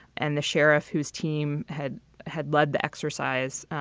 and the sheriff, whose team had had led the exercise,